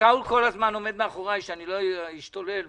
שאול כל הזמן עומד מאחוריי, שאני לא אשתולל וזה.